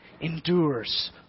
endures